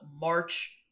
march